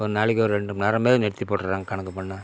ஒரு நாளைக்கு ஒரு ரெண்டு மணிநேரமாவது நிறுத்தி போட்டுட்றாங்க கணக்கு பண்ணால்